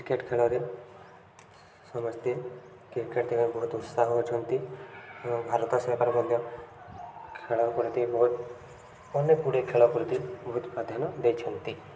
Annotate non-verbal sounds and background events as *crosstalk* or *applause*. cricket ଖେଳରେ ସମସ୍ତେ cricket *unintelligible* ପାଇଁ ବହୁତ ଉତ୍ସାହ ହେଉଛନ୍ତି ଏବଂ ଭାରତ *unintelligible* ମଧ୍ୟ ଖେଳ ପ୍ରତି ବହୁତ ଅନେକଗୁଡ଼ିଏ ଖେଳ ପ୍ରତି ବହୁତ ପ୍ରାଧ୍ୟାନ୍ୟ ଦେଇଛନ୍ତି